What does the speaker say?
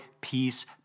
peace